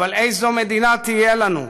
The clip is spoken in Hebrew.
אבל איזו מדינה תהיה לנו?